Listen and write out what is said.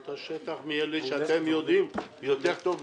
את השטח מהפיגומים שאתם יודעים יותר טוב מכולנו.